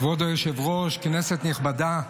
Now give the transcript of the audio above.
כבוד היושב-ראש, כנסת נכבדה,